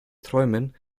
träumen